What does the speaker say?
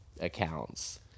accounts